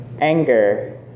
Anger